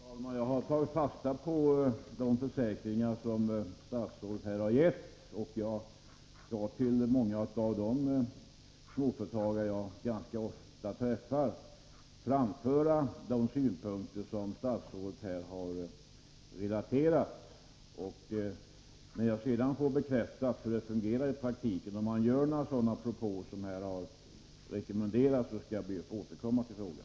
Herr talman! Jag har tagit fasta på de försäkringar som statsrådet har gett, och jag skall till de många småföretagare jag ganska ofta träffar framföra de synpunkter statsrådet har relaterat. När jag sedan får bekräftat hur det fungerar i praktiken och om man gör några sådana propåer som här har rekommenderats, skall jag be att få återkomma i frågan.